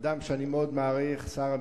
אדם שאני מעריך מאוד, שר המשפטים,